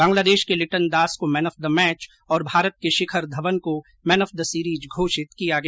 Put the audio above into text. बंगलादेश के लिटन दास को man of the match और भारत के शिखर धवन को मैव ऑफ द सीरिज घोषित किया गया